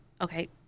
okay